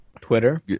Twitter